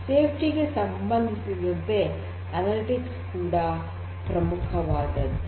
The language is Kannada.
ಸುರಕ್ಷತೆಗೆ ಸಂಭಂದಿಸಿದಂತೆ ಅನಲಿಟಿಕ್ಸ್ ಕೂಡ ಬಹಳ ಪ್ರಮುಖವಾದದ್ದು